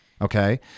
Okay